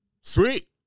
Sweet